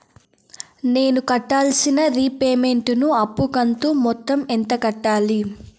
నేను కట్టాల్సిన రీపేమెంట్ ను అప్పు కంతు మొత్తం ఎంత కట్టాలి?